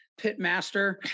Pitmaster